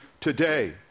today